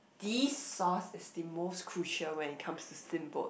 these sauce is the most crucial when it comes to steamboat